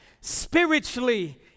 spiritually